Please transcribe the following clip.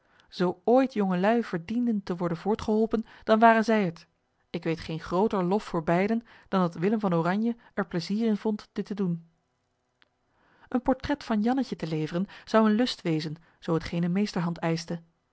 zoo ooit jongelui verdienden te worden voortgeholpen dan waren zij het ik weet geen grooter lof voor beiden dan dat willem van oranje er pleizier in vond dit te doen een portret van jannetje te leveren zou een lust wezen zoo het geene meesterhand eischte